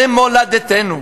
חזרנו למולדתנו.